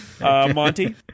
Monty